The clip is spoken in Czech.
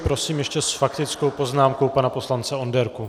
Prosím ještě s faktickou poznámkou pana poslance Onderku.